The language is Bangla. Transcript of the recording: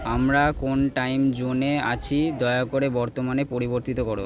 আমরা কোন টাইম জোনে আছি দয়া করে বর্তমানে পরিবর্তিত করো